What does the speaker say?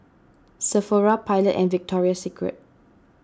Sephora Pilot and Victoria Secret